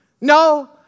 No